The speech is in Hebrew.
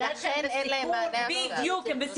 הם בסיכון גבוה.